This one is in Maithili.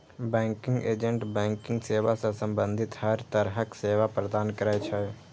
बैंकिंग एजेंट बैंकिंग सेवा सं संबंधित हर तरहक सेवा प्रदान करै छै